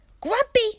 Grumpy